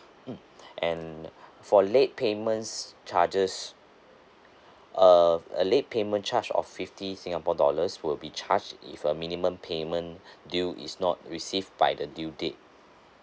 mm and for late payments charges err late payment charge of fifty singapore dollars will be charged if a minimum payment due is not received by the due date